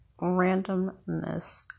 randomness